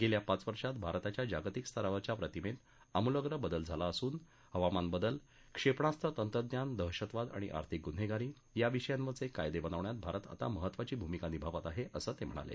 गेल्या पाच वर्षात भारताच्या जागतिक स्तरावरच्या प्रतिमेत अमुलाप्र बदल झाला असून हवामान बदल क्षेपणास्त्र तंत्रज्ञान दहशतवाद आणि आर्थिक गुन्हेगारी या विषयावरचे कायदे बनवण्यात भारत आता महत्त्वाची भूमिका निभावत आहे असं ते म्हणाले